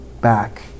back